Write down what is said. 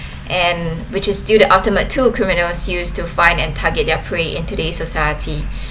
and which is due to ultimate tool criminals use to find and target their prey in today society